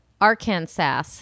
Arkansas